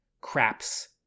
craps